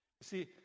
see